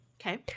Okay